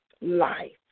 life